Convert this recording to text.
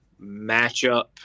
matchup